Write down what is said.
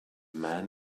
man